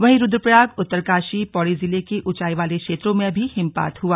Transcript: वहीं रुद्रप्रयाग उत्तरकाशी पौड़ी जिले के ऊंचाई वाले क्षेत्रों में भी हिमपात हुआ